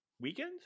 weekend